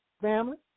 family